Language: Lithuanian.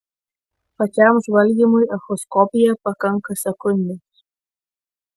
pačiam žvalgymui echoskopija pakanka sekundės